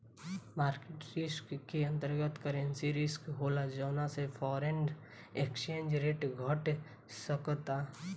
market risk के अंतर्गत, currency risk होला जौना से फॉरेन एक्सचेंज रेट घट सकता